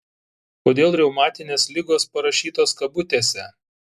kodėl reumatinės ligos parašytos kabutėse